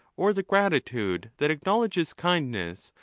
or the gratitude that acknowledges kindness,